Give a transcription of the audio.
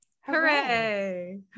Hooray